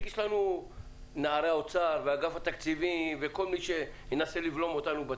מספיק שיש לנו את נערי האוצר שירצו לבלום אותנו.